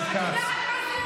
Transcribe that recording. רון כץ,